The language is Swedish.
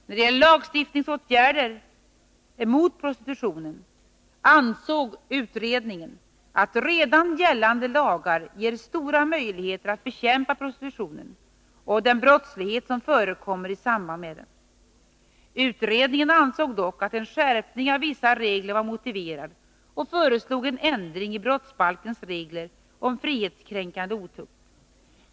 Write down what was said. När det gäller lagstiftningsåtgärder mot prostitutionen ansåg utredningen att redan gällande lagar ger stora möjligheter att bekämpa prostitutionen och den brottslighet som förekommer i samband med den. Utredningen ansåg dock att en skärpning av vissa regler var motiverad och föreslog en ändring i brottsbalkens regler om frihetskränkande otukt.